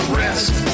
rest